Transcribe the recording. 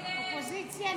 אני קובע כי סעיף 7,